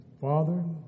Father